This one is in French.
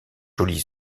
jolie